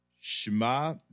Shema